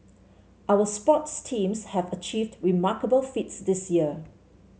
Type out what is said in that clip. our sports teams have achieved remarkable feats this year